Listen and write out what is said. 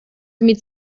mit